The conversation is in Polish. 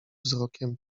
wzrokiem